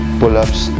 pull-ups